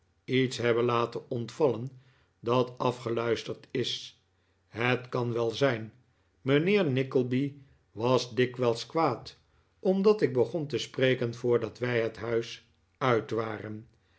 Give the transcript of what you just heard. iets hebben laten ontvallen dat afgeluisterd is het kan wel zijn mijnheer nickleby was dikwijls kwaad omdat ik begon te spreken voordat wij het huis uit waren